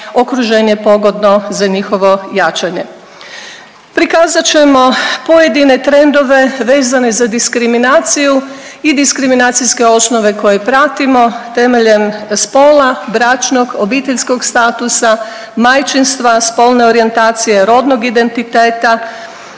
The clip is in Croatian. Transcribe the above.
okruženje pogodno za njihovo jačanje. Prikazat ćemo pojedine trendove vezane za diskriminaciju i diskriminacijske osnove koje pratimo temeljem spola, bračnog, obiteljskog statusa, majčinstva, spolne orijentacije, rodnog identiteta,